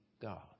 God